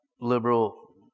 liberal